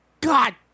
God